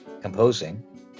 composing